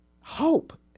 Hope